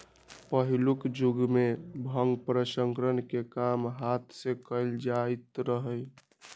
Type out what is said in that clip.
पहिलुक जुगमें भांग प्रसंस्करण के काम हात से कएल जाइत रहै